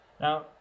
Now